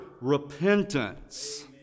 repentance